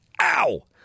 Ow